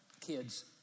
Kids